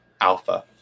alpha